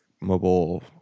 mobile